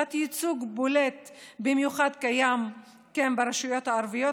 תת-ייצוג בולט במיוחד קיים ברשויות הערביות.